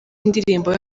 indirimbo